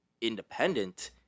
independent